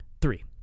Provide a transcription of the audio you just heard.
three